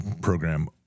program